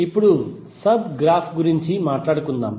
ఇప్పుడు subgraph గురించి మాట్లాడుకుందాం